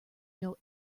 know